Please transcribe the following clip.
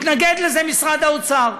התנגד לזה משרד האוצר,